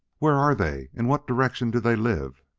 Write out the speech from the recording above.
where are they? in what direction do they live?